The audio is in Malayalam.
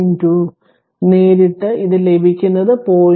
2 നേരിട്ട് ഇത് ലഭിക്കുന്നത് 0